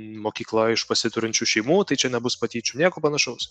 mokykla iš pasiturinčių šeimų tai čia nebus patyčių nieko panašaus